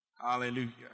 Hallelujah